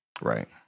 Right